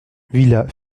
villa